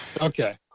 Okay